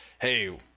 hey